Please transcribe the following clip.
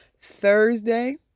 thursday